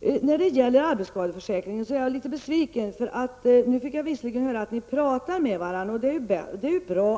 Beträffande arbetsskadeförsäkringen är jag litet besviken. Nu fick jag visserligen höra att ni talar med varandra, och det är ju bra.